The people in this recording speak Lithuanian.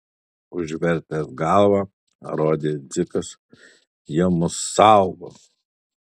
užvertęs galvą rodė dzikas jie mus saugo